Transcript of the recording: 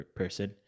person